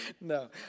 no